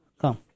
come